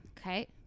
okay